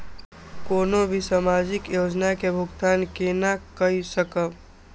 कोनो भी सामाजिक योजना के भुगतान केना कई सकब?